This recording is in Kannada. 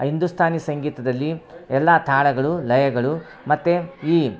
ಹಿಂದೂಸ್ತಾನಿ ಸಂಗೀತದಲ್ಲಿ ಎಲ್ಲ ತಾಳಗಳು ಲಯಗಳು ಮತ್ತು ಈ